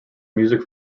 music